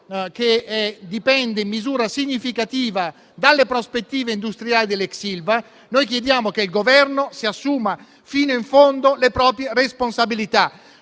che dipende in misura significativa dalle prospettive industriali dell'ex Ilva, chiediamo che il Governo si assuma fino in fondo le proprie responsabilità.